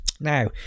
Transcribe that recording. Now